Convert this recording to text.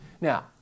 Now